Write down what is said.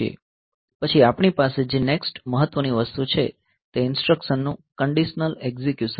પછી આપણી પાસે જે નેક્સ્ટ મહત્વની વસ્તુ છે તે ઇન્સટ્રકશનનું કંડિશનલ એકઝીક્યુશન છે